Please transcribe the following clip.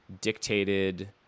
dictated